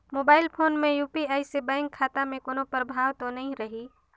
Mobile phone मे UPI से bank खाता मे कोनो प्रभाव तो नइ रही?